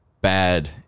bad